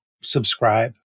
subscribe